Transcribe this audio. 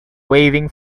waving